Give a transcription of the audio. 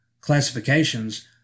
classifications